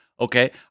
Okay